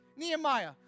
Nehemiah